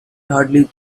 hardly